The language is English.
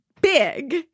big